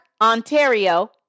Ontario